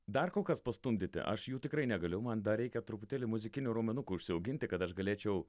dar kol kas pastumdyti aš jų tikrai negaliu man dar reikia truputėlį muzikinių raumenukų užsiauginti kad aš galėčiau